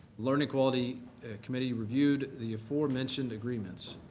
learning quality committee reviewed the aforementioned agreements,